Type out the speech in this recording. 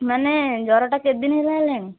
ମାନେ ଜ୍ୱରଟା କେତେ ଦିନ ହେଲା ହେଲାଣି